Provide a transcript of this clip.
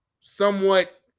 somewhat